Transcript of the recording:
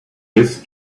his